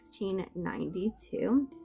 1692